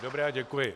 Dobrá, děkuji.